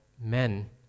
men